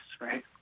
right